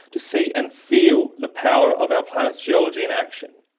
to see and feel the power of our planet's geology in action.